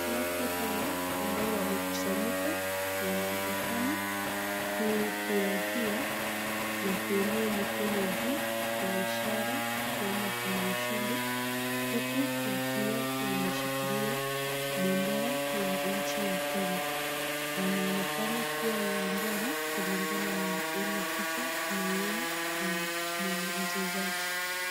Watu hawa ambao wamekusanyika wanaonekana kufurahia na kuinua mikono juu kwa ishara kwamba kuna ushindi huku wakiwa wameshikilia bendera la nchi ya Kenya, wanaonekana kuwa uwanjani kulingana na ile picha tunaiona wana wachezaji.